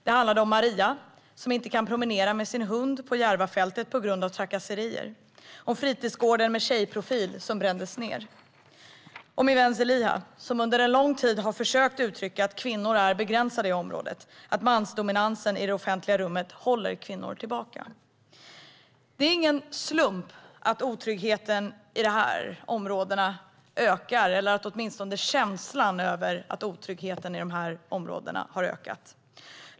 Det handlade om Maria, som inte kan promenera med sin hund på Järvafältet på grund av trakasserier. Det handlade om fritidsgården med tjejprofil som brändes ned. Det handlade om min vän Zeliha, som under en lång tid har försökt att uttrycka att kvinnor är begränsade i området, att mansdominansen i det offentliga rummet håller kvinnor tillbaka. Det är ingen slump att otryggheten eller känslan av otrygghet i dessa områden har ökat.